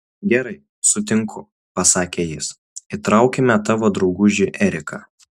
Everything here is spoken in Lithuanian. gerai sutinku pasakė jis įtraukime tavo draugužį eriką